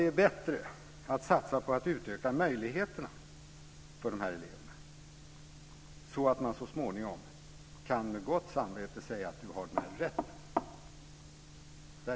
Det är bättre att satsa på att utöka möjligheterna för eleverna så att det så småningom går att med gott samvete säga att de har rätten.